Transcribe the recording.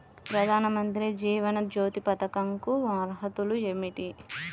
ప్రధాన మంత్రి జీవన జ్యోతి పథకంకు అర్హతలు ఏమిటి?